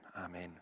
Amen